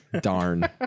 Darn